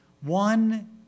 one